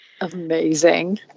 Amazing